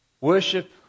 Worship